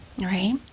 Right